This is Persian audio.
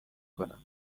کنم